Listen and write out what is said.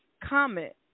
comment